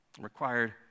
required